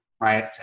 right